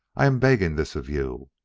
i am begging this of you.